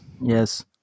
Yes